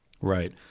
Right